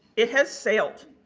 it has sailed.